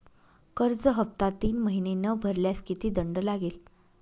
कर्ज हफ्ता तीन महिने न भरल्यास किती दंड लागेल?